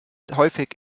häufig